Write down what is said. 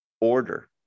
order